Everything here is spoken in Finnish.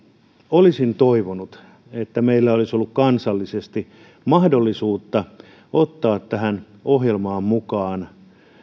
olisin toivonut että meillä olisi ollut kansallisesti mahdollisuutta ottaa tähän ohjelmaan mukaan